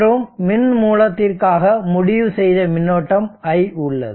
மற்றும் மின் மூலத்திற்காக முடிவு செய்த மின்னோட்டம் I உள்ளது